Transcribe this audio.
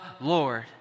Lord